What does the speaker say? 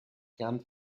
gern